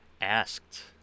asked